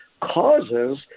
causes